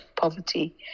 poverty